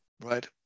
right